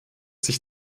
sich